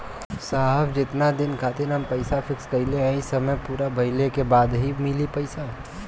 साहब जेतना दिन खातिर हम पैसा फिक्स करले हई समय पूरा भइले के बाद ही मिली पैसा?